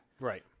Right